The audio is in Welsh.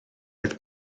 oedd